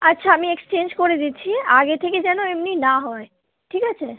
আচ্ছা আমি এক্সচেঞ্জ করে দিচ্ছি আগে থেকে যেন এমনি না হয় ঠিক আছে